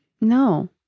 No